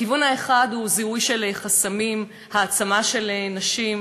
הכיוון האחד הוא זיהוי של חסמים, העצמה של נשים,